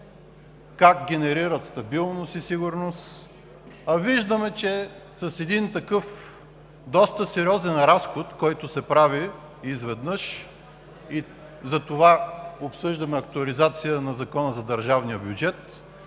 как генерират стабилност и сигурност. А виждаме, че с един такъв доста сериозен разход, който се прави изведнъж, затова обсъждаме актуализация на Закона за държавния бюджет,